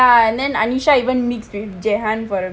ya and then anisha go and mix with jaehan for a bit